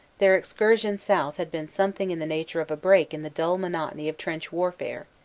their excursion south had been something in the nature of a break in the dull monotony of trench warfare,